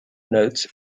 notes